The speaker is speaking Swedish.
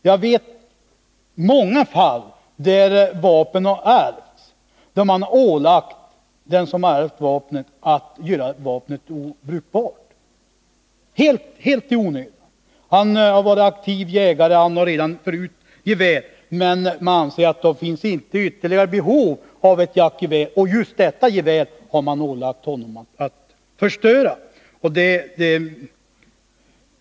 Jag vet många fall där vapen har ärvts och där den som ärvt vapnet har ålagts att göra vapnet obrukbart, helt i onödan. Han är aktiv jägare och har redan förut gevär, men man har ansett att han inte har behov av ytterligare ett jaktgevär, och då har han ålagts att förstöra vapnet.